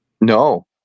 No